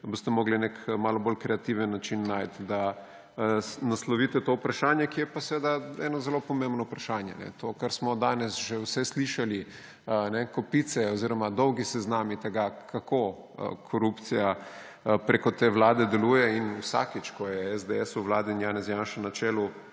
boste morali nek malo bolj kreativen način najti, da naslovite to vprašanje, ki je pa seveda zelo pomembno vprašanje. To, kar smo danes že vse slišali, kopice oziroma dolgi seznami tega, kako korupcija preko te vlade deluje, in vsakič, ko je SDS v vladi in Janez Janša na čelu